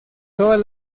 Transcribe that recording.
todas